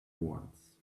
wants